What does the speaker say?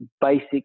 basic